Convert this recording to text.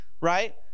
right